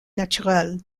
naturel